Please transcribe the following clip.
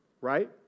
right